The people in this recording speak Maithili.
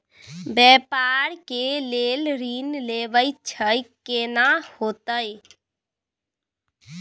व्यापार के लेल ऋण लेबा छै केना होतै?